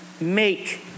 make